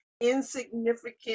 insignificant